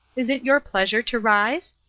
is it your pleasure to rise?